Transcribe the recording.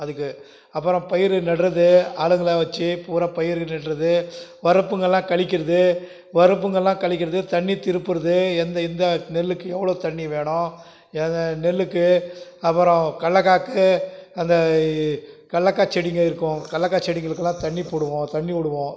அதுக்கு அப்புறம் பயிர் நடுறது ஆளுங்கள வச்சு பூரா பயிர்கள் நடுறது வரப்புங்கள்லாம் கழிக்கிறது வரப்புங்கள்லாம் கழிக்கிறது தண்ணி திருப்புறது எந்த இந்த நெல்லுக்கு எவ்வளோ தண்ணி வேணும் நெல்லுக்கு அப்புறம் கல்லக்காக்கு அந்த கல்லக்காய் செடிங்க இருக்கும் கல்லக்காய் செடிங்களுக்குலாம் தண்ணி போடுவோம் தண்ணி விடுவோம்